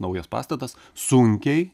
naujas pastatas sunkiai